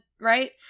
Right